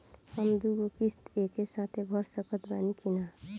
हम दु गो किश्त एके साथ भर सकत बानी की ना?